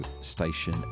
station